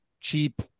cheap